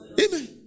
Amen